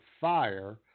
fire